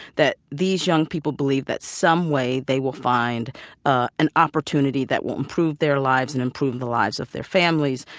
that these young people believe that some way they will find ah an opportunity that will improve their lives and improve the lives of their families,